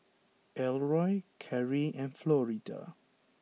Elroy Karri and Florida